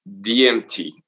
DMT